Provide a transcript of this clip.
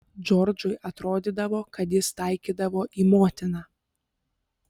džordžui atrodydavo kad jis taikydavo į motiną